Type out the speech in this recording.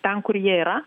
ten kur jie yra